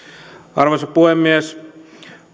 arvoisa puhemies